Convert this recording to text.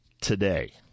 today